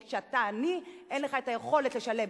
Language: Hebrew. כי כשאתה עני אין לך היכולת לשלם,